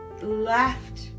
left